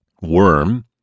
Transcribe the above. Worm